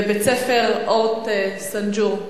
ומבית-הספר "אורט סאג'ור".